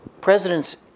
presidents